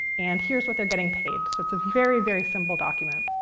and here's what they're getting paid. so it's a very, very simple document.